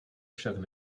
však